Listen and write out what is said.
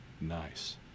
nice